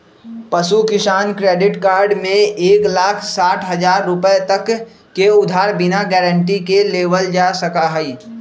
पशु किसान credit card में एक लाख साठ हजार रुपए तक के उधार बिना गारंटी के लेबल जा सका हई